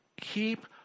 Keep